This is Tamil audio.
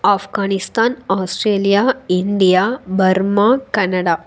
Afghanistan Australia India Burma Canada